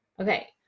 Okay